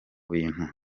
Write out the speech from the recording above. bintu